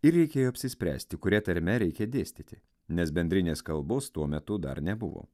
ir reikėjo apsispręsti kuria tarme reikia dėstyti nes bendrinės kalbos tuo metu dar nebuvo